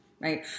right